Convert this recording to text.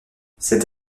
cette